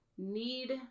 need